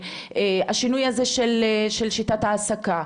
השינוי הזה של שיטת העסקה.